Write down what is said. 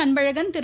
Anbazhagan Thiru